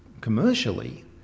commercially